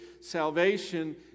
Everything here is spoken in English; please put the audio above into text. salvation